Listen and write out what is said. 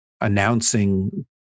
announcing